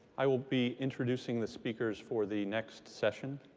i will be introducing the speakers for the next session.